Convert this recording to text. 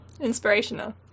Inspirational